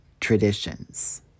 traditions